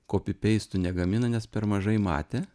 kopi peistų negamina nes per mažai matę